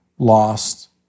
lost